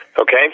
Okay